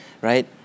right